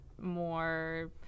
more